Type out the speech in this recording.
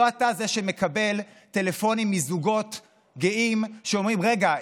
לא אתה זה שמקבל טלפונים מזוגות גאים שאומרים: רגע,